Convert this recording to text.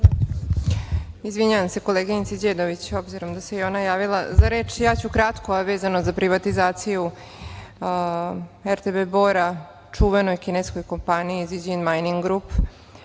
Izvinjavam se koleginici Đedović, obzirom da se i ona javila za reč. Ja ću kratko, a vezano za privatizaciju RTV Bora, čuvenoj kineskoj kompaniji „Zijin Mining Group“.